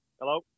Hello